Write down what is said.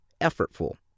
effortful